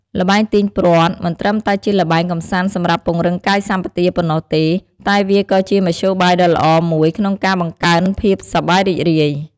ល្បែងទាញព្រ័ត្រមិនត្រឹមតែជាល្បែងកម្សាន្តសម្រាប់ពង្រឹងកាយសម្បទាប៉ុណ្ណោះទេ តែវាក៏ជាមធ្យោបាយដ៏ល្អមួយក្នុងការបង្កើនភាពសប្បាយរីករាយ។